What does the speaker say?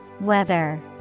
Weather